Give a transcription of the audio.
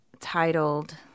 titled